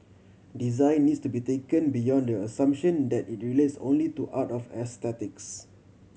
design needs to be taken beyond the assumption that it relates only to art of aesthetics